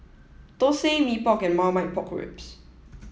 Thosai Mee Pok and Marmite Pork Ribs